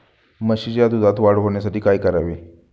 म्हशीच्या दुधात वाढ होण्यासाठी काय करावे?